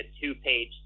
two-page